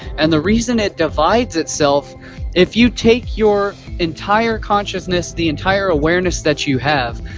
and the reason it divides itself if you take your entire consciousness, the entire awareness that you have,